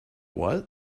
what